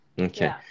Okay